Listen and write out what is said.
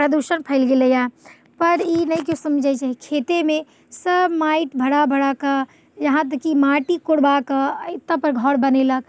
प्रदूषण फैल गेलैया पर ई नहि केओ समझैत छै खेतेमे सभ माटि भरा भरा कऽ इहाँ तक कि माटी कोड़बाक एतऽ पर घर बनेलक